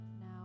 now